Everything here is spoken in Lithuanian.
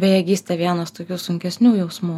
bejėgystė vienas tokių sunkesnių jausmų